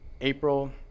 April